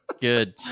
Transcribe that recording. Good